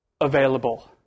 available